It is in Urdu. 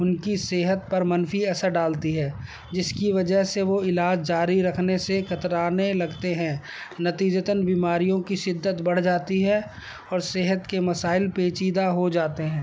ان کی صحت پر منفی اثر ڈالتی ہے جس کی وجہ سے وہ علاج جاری رکھنے سے کترانے لگتے ہیں نتیجتاً بیماریوں کی شدت بڑھ جاتی ہے اور صحت کے مسائل پیچیدہ ہو جاتے ہیں